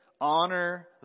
honor